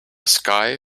sky